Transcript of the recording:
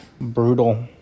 Brutal